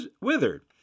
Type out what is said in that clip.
withered